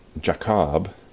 jacob